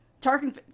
Tarkin